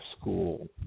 school